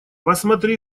посмотри